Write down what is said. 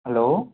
hello